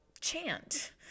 chant